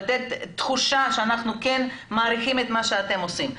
לתת תחושה שאנחנו מעריכים את מה שהם עושים,